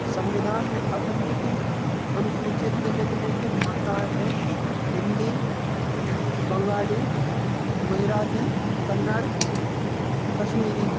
संविधान में अखंडिती अनुसूचित में निम्नलिखित भाषाएँ हैं हिंदी बंगाली गुजराती कन्नड़ कश्मीरी